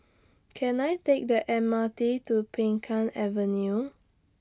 Can I Take The M R T to Peng Kang Avenue